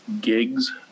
gigs